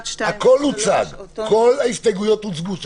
כל ההסתייגויות הוצגו.